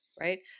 right